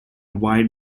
wide